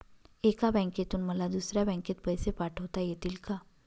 एका बँकेतून मला दुसऱ्या बँकेत पैसे पाठवता येतील का?